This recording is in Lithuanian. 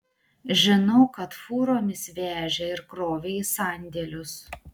žinau kad fūromis vežė ir krovė į sandėlius